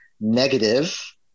negative